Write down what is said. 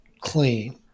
clean